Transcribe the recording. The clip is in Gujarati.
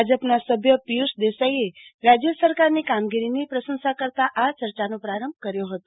ભાજપના સભ્ય શ્રી પિયુષ દેસાઈએ રાજ્ય સરકારની કામગીરીની પ્રશંસા કરતા આ યર્યાનો પ્રારંભ કર્યો હતો